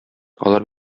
алар